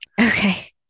Okay